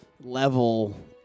level